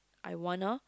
I wanna